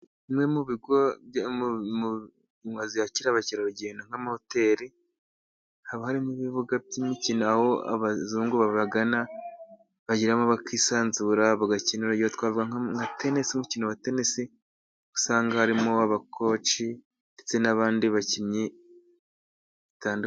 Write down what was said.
Bimwe mu bigo amazu yakira abakerarugendo nk'amahoteli, haba harimo ibibuga by'imikino aho abazungu babagana bageramo bakisanzura, bagakina urugero twavuga nk'umukino wa tennis usanga harimo abakoci ndetse n'abandi bakinnyi batandukanye.